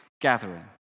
gathering